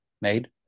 made